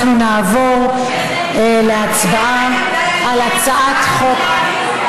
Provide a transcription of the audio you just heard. אנחנו נעבור להצבעה על הצעת חוק,